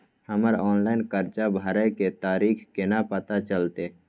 हमर ऑनलाइन कर्जा भरै के तारीख केना पता चलते?